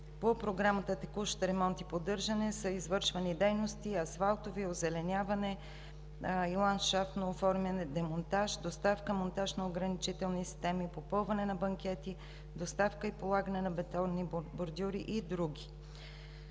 по Програмата „Текущ ремонт и поддържане“ са извършвани дейности: асфалтови, озеленяване и ландшафтно оформяне, демонтаж, доставка, монтаж на ограничителни системи, попълване на банкети, доставка и полагане на бетонни бордюри и други.